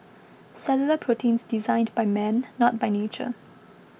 cellular proteins designed by man not by nature